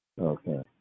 Okay